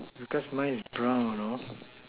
because mine is brown you know